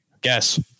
Guess